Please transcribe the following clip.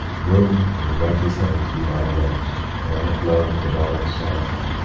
rome and the righteous heavens be my judge how i have lov'd and honoured saturnine!